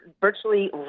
virtually